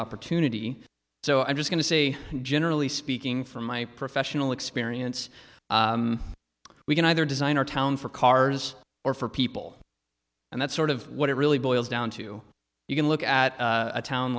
opportunity so i'm just going to say generally speaking from my professional experience we can either design our town for cars or for people and that sort of what it really boils down to you can look at a town